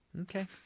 Okay